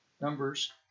numbers